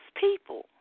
people